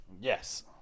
Yes